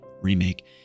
remake